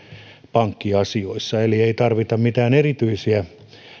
pankkiasioissa ei tarvita mitään erityisiä